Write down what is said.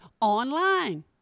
online